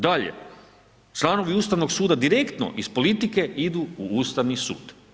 Dalje, članovi Ustavnog suda direktno iz politike idu u Ustavni sud.